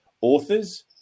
authors